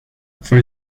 for